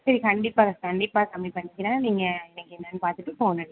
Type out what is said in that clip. சரி கண்டிப்பாக கண்டிப்பாக கம்மி பண்ணிக்கிறேன் நீங்கள் இன்னிக்கு என்னென்னு பார்த்துட்டு ஃபோன் அடியுங்க